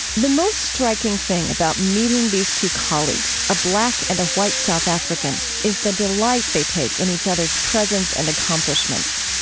the most striking thing about meeting these two colleagues, a black and a white south african, is the delight they take in each other's presence and accomplishments.